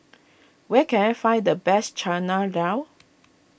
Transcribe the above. where can I find the best Chana Dal